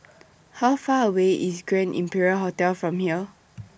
How Far away IS Grand Imperial Hotel from here